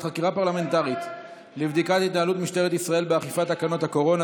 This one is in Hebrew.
חקירה פרלמנטרית לבדיקת התנהלות משטרת ישראל באכיפת תקנות הקורונה,